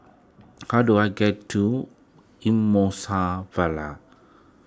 how do I get to Vale